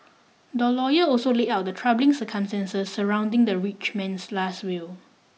the lawyer also laid out the troubling circumstances surrounding the rich man's last will